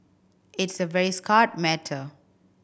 it's a very matter